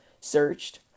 searched